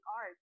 art